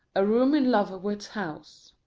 a room in lovewit's house.